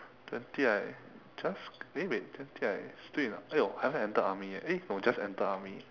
twenty I just eh wait twenty I still in !aiyo! haven't even enter army yet eh no just entered army